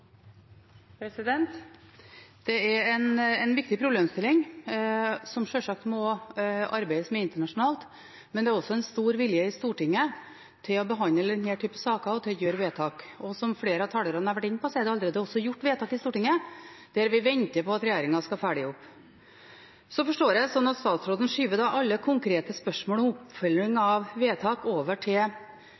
en viktig problemstilling, som sjølsagt må arbeides med internasjonalt, men det er også en stor vilje i Stortinget til å behandle denne typen saker og til å gjøre vedtak. Som flere av talerne har vært inne på, er det allerede gjort vedtak i Stortinget som vi venter på at regjeringen skal følge opp. Så forstår jeg det slik at statsråden skyver alle konkrete spørsmål om oppfølging av vedtak over til